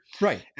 Right